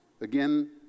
Again